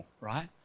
right